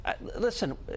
Listen